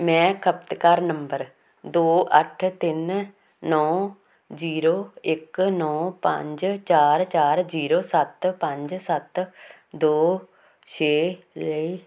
ਮੈਂ ਖਪਤਕਾਰ ਨੰਬਰ ਦੋ ਅੱਠ ਤਿੰਨ ਨੌਂ ਜੀਰੋ ਇੱਕ ਨੌਂ ਪੰਜ ਚਾਰ ਚਾਰ ਜੀਰੋ ਸੱਤ ਪੰਜ ਸੱਤ ਦੋ ਛੇ ਲਈ